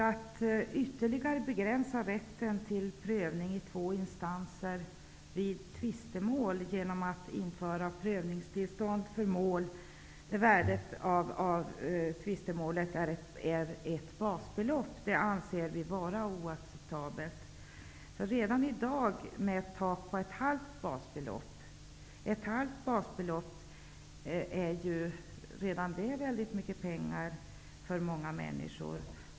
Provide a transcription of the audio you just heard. Att ytterligare begränsa rätten till prövning i två instanser vid tvistemål, genom att införa prövningstillstånd för mål där tvisteföremålets värde inte överstiger ett basbelopp, anser vi vara oacceptabelt. Det finns redan i dag ett tak på ett halvt basbelopp, och det uppfattar vi som otillfredsställande. Det är väldigt mycket pengar för många människor.